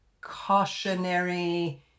cautionary